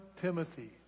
Timothy